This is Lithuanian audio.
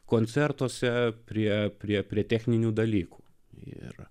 koncertuose prie priėjo prie techninių dalykų ir